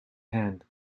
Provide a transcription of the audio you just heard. hand